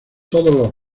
todos